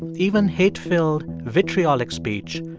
and even hate-filled, vitriolic speech,